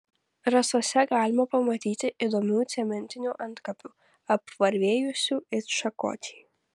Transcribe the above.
rasose galima pamatyti įdomių cementinių antkapių apvarvėjusių it šakočiai